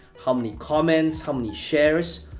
how many comments, how many shares.